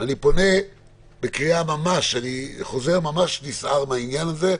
אני פונה ממש בקריאה, חוזר ממש נסער מהעניין הזה.